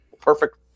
perfect